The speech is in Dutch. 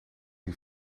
die